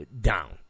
down